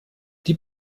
die